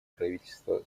правительство